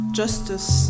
justice